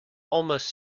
almost